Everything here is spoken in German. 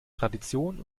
tradition